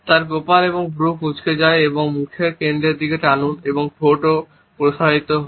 তারপর কপাল এবং ভ্রু কুঁচকে যায় এবং মুখের কেন্দ্রের দিকে টানুন এবং ঠোঁটও প্রসারিত হয়